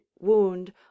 wound